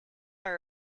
are